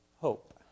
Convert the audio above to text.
hope